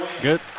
Good